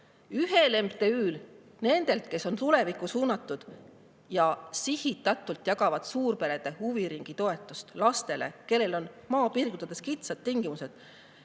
kaksikmoraali. Nendelt, kes on tulevikku suunatud ja sihitatult jagavad suurperede huviringitoetust lastele, kellel on maapiirkondades kitsad tingimused,